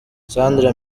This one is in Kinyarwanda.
sandra